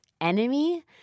enemy –